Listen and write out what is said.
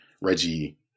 Reggie